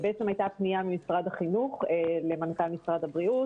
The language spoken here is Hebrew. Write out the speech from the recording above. הייתה פנייה ממשרד החינוך למנכ"ל משרד הבריאות,